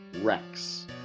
Rex